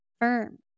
firm